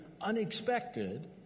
unexpected